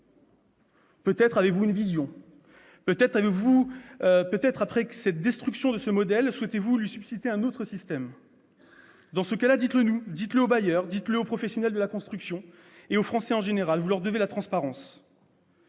Peut-être avez-vous une vision ? Peut-être, après la destruction de ce modèle, souhaitez-vous lui substituer un autre système ? Dans ce cas-là, dites-le-nous, dites-le aux bailleurs, dites-le aux professionnels de la construction et aux Français en général. Vous leur devez de la transparence.